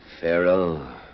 Pharaoh